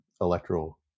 Electoral